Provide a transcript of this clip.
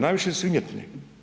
Najviše svinjetine.